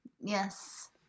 Yes